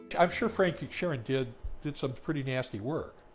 i'm sure fred sheeran did did so pretty nasty work,